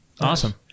Awesome